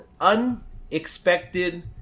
Unexpected